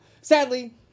sadly